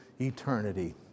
eternity